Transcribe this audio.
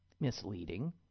misleading